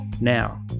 Now